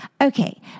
Okay